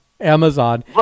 Amazon